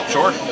Sure